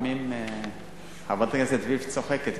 חברת הכנסת וילף צוחקת,